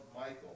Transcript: Michael